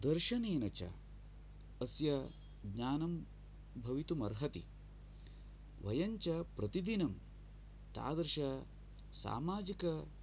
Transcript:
दर्शनेन च अस्य ज्ञानं भवितुम् अर्हति वयम् च प्रतिदिनं तादृशसामाजिक